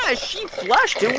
ah she flushed. we